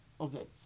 okay